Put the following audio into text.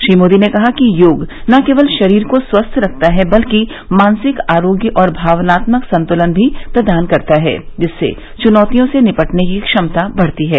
श्री मोदी ने कहा कि योग न केवल शरीर को स्वस्थ करता है बल्कि मानसिक आरोग्य और भावनात्मक संतुलन भी प्रदान करता है जिससे चुनौतियों से निपटने की क्षमता बढ़ती है